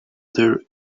their